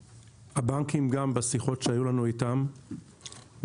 הבנקים גם בשיחות שהיו לנו איתם ביקשו